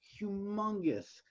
humongous